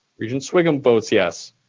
regent sviggum votes yes.